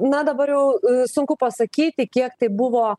na dabar jau sunku pasakyti kiek tai buvo